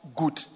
good